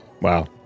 Wow